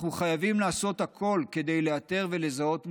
אנחנו חייבים לעשות הכול כדי לאתר ולזהות מוקדם,